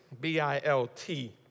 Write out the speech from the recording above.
B-I-L-T